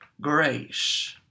grace